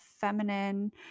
feminine